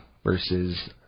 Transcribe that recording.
versus